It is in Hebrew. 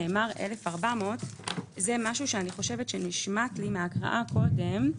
נאמר: 1,400. זה משהו שנשמט לי מההקראה קודם.